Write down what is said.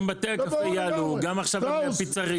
גם בתי הקפה יעלו, גם עכשיו הפיצריות.